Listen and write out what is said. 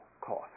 cost